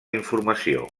informació